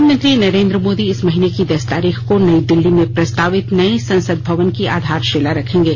प्रधानमंत्री नरेंद्र मोदी इस महीने की दस तारीख को नई दिल्ली में प्रस्तावित नए संसद भवन की आधारशिला रखेंगे